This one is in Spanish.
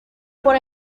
por